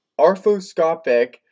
arthroscopic